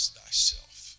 thyself